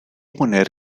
poner